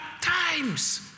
times